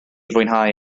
fwynhau